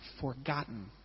forgotten